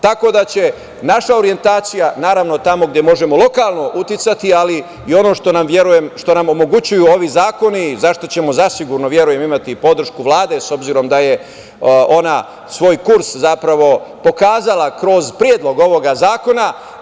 Tako da će naša orijentacija, naravno, tamo gde možemo lokalno uticati, ali i ono što nam, verujem, omogućuju ovi zakoni, za šta ćemo zasigurno imati podršku Vlade, s obzirom da je ona svoj kurs zapravo pokazala kroz predlog ovog zakona…